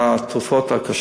מהתרופות למחלות הקשות,